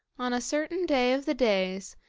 on a certain day of the days,